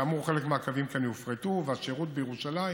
כאמור, חלק מהקווים כאן יופרטו, והשירות בירושלים